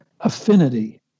affinity